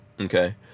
Okay